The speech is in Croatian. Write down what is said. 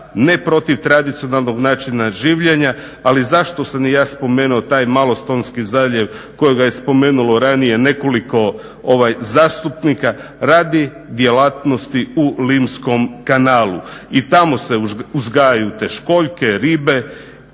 ne protiv tradicionalnog načina življenja, ali zašto sam i ja spomenuo taj Malostonski zaljev kojega je spomenulo ranije nekoliko zastupnika, radi djelatnosti u Limskom kanalu. I tamo se uzgajaju te školjke, ribe